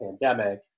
pandemic